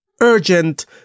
urgent